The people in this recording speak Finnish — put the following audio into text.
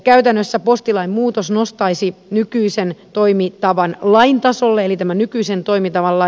käytännössä postilain muutos nostaisi nykyisen toimintatavan lain tasolle eli tämän nykyisen toimitavalla